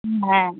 হুম হ্যাঁ